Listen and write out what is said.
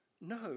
no